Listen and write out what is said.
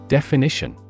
Definition